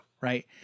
Right